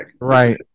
Right